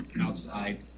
outside